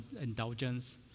indulgence